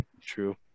true